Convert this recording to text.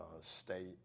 state